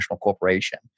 corporation